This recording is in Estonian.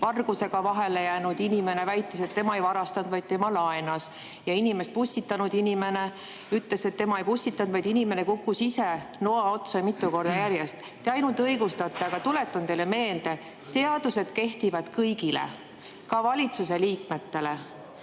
vargusega vahele jäänud inimene väitis, et tema ei varastanud, vaid tema laenas. Ja inimest pussitanud inimene ütles, et tema ei pussitanud, vaid inimene kukkus ise noa otsa mitu korda järjest. Te ainult õigustate. Aga ma tuletan teile meelde: seadused kehtivad kõigile, ka valitsuse liikmetele.